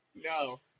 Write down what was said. No